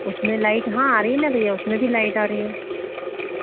उसमें लाइट हाँ आ रही है ना भैया उसमें भी लाइट आ रही है